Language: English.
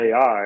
AI